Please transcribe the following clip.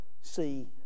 see